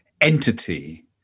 entity